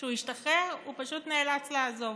וכשהוא השתחרר הוא פשוט נאלץ לעזוב.